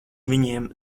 viņiem